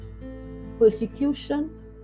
persecution